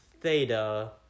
theta